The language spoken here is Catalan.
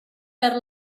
perd